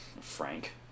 Frank